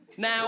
Now